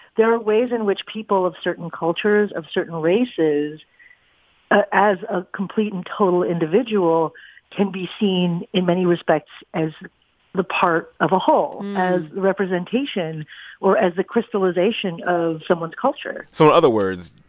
there are ways in which people of certain cultures, of certain races ah as a complete and total individual can be seen, in many respects, as the part of a whole as representation or as the crystallization of someone's culture so in other words,